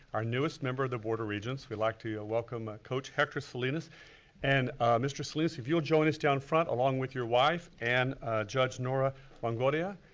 our newest member of the board of regents, we'd like to welcome ah coach hector salinas and mr. salinas if you'll join us down front along with your wife and judge norah longoria,